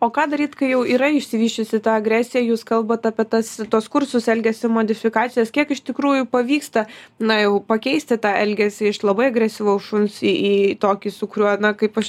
o ką daryt kai jau yra išsivysčiusi ta agresija jūs kalbat apie tas tuos kursus elgesio modifikacijas kiek iš tikrųjų pavyksta na jau pakeisti tą elgesį iš labai agresyvaus šuns į į tokį su kuriuo na kaip aš